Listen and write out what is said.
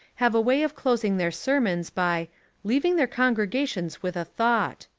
have a way of closing their ser mons by leaving their congregations with a thought.